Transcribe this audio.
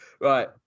right